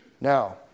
Now